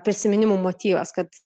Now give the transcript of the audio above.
prisiminimų motyvas kad